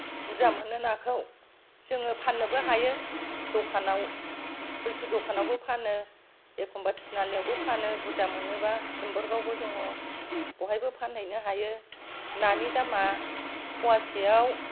बुरजा मोनो नाखौ जोङो फाननोबो हायो दखानाव हुल्थु दखानावबो फानो एखम्बा थिनालियावबो फानो बुरजा मोनोबा सिम्बोरगावबो दङ बेवहायबो फानहैनो हायो नानि दामा फवासेयाव